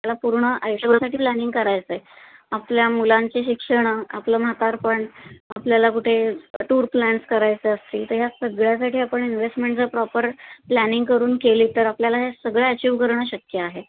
आपला पूर्ण आयुष्यभरासाठी प्लॅनिंग करायचंय आपल्या मुलांचे शिक्षणं आपलं म्हातारपण आपल्याला कुठे टूर प्लॅन्स करायचे असतील तर ह्या सगळ्यासाठी आपण इन्व्हेस्टमेंट जर प्रॉपर प्लॅनिंग करून केली तर आपल्याला हे सगळं अचीव करणं शक्य आहे